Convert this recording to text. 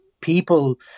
people